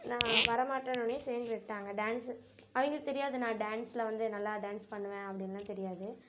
நான் வர மாட்டேன்னோனையே சரின்னு விட்டுடாங்க டான்ஸு அவங்களுக்கு தெரியாது நான் டான்ஸ்ல வந்து நல்லா டான்ஸ் பண்ணுவேன் அப்படின்லாம் தெரியாது